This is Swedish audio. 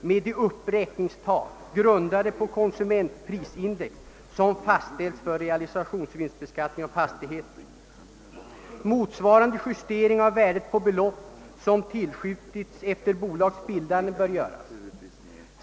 med de uppräkningstal, grundade på konsumentprisindex, som fastställts för realisationsvinstbeskattning av fastighet. Motsvarande justering av värdet på belopp som tillskjutits efter bolags bildande bör göras.